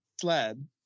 Sled